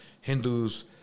Hindus